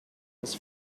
his